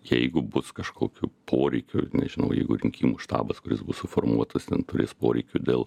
jeigu bus kažkokių poreikių ar nežinau jeigu rinkimų štabas kuris bus suformuotas ten turės poreikių dėl